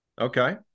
Okay